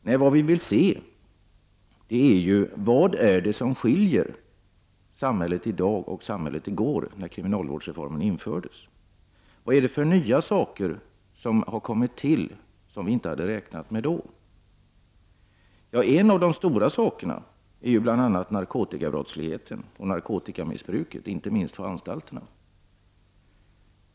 Nej, vad vi vill ta reda på är ju: Vad är det som skiljer samhället i dag från samhället i går då kriminalvårdsreformen genomfördes? Vilka nya saker har kommit till som vi inte räknade med då? En av de stora sakerna är ju narkotikabrottsligheten och narkotikamissbruket, inte minst det som pågår på anstalterna.